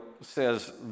says